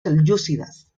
selyúcidas